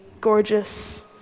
gorgeous